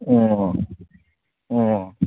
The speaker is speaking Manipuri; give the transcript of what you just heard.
ꯑꯣ ꯑꯣ